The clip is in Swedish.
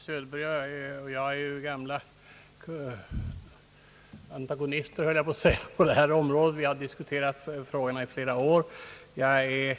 Herr talman! Herr Söderberg och jag är ju gamla antagonister, höll jag på att säga, på det här området. Vi har diskuterat dessa frågor i flera år. Jag